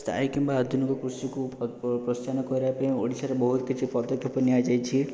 ସ୍ଥାୟୀ କିମ୍ବା ଆଧୁନିକ କୃଷିକୁ ପ୍ରୋତ୍ସାହନ କରିବା ପାଇଁ ଓଡ଼ିଶାରେ ବହୁତ କିଛି ପଦକ୍ଷେପ ନିଆଯାଇଛି